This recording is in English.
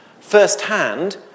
firsthand